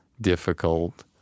difficult